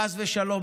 חס ושלום,